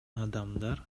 адамдар